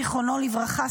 זיכרונו לברכה,